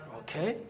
okay